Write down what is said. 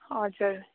हजुर